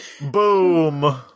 boom